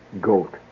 goat